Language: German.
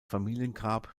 familiengrab